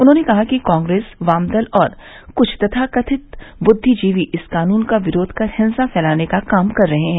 उन्होंने कहा कि कांग्रेस वामदल और कुछ तथाकथित बुद्धिजीवी इस कानून का विरोध कर हिंसा फैलाने का काम कर रहे हैं